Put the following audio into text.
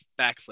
backflip